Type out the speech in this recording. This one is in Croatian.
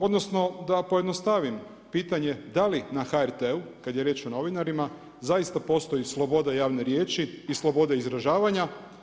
Odnosno da pojednostavim pitanje, da li na HRT-u kad je riječ o novinarima, zaista postoji sloboda javne riječi i slobode izražavanja.